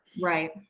Right